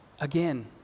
again